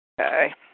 Okay